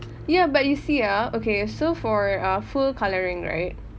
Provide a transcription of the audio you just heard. ya but you see ah okay so for a full colouring right